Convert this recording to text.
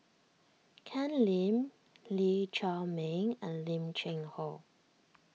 Ken Lim Lee Chiaw Meng and Lim Cheng Hoe